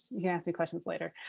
you can ask me questions later.